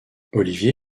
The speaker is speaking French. olivier